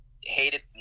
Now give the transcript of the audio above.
hated